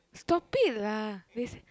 stop it lah they